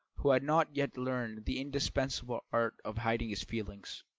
who had not yet learned the indispensable art of hiding his feelings.